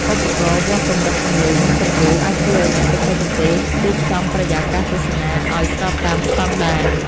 ឧបករណ៍វាស់កម្រិតសំឡេង និងពន្លឺ អាចជួយឱ្យអ្នកបច្ចេកទេសរៀបចំបរិយាកាសទស្សនាឱ្យស្របតាមស្ដង់ដារ។